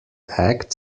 act